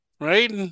right